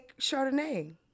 Chardonnay